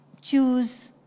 choose